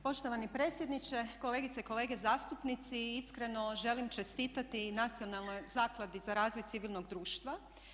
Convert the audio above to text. Poštovani predsjedniče, kolegice i kolege zastupnici iskreno želim čestitati Nacionalnoj zakladi za razvoj civilnog društva.